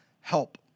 help